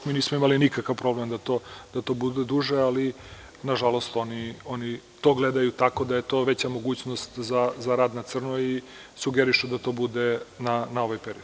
Mi nismo imali nikakav problem da to bude duže, ali nažalost, oni to gledaju tako da je to veća mogućnost za rad na crno i sugerišu da to bude na ovaj period.